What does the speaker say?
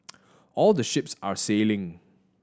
all the ships are sailing